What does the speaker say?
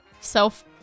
self